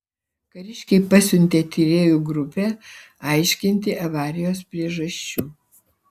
kariškiai pasiuntė tyrėjų grupę aiškinti avarijos priežasčių